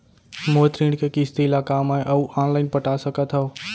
मोर ऋण के किसती ला का मैं अऊ लाइन पटा सकत हव?